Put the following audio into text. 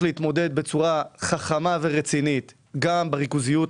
להתמודד בצורה חכמה ורצינית גם בריכוזיות,